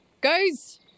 Guys